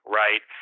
right